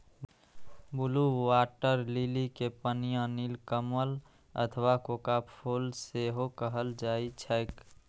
blue water lily कें पनिया नीलकमल अथवा कोका फूल सेहो कहल जाइ छैक